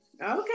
okay